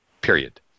Period